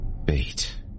bait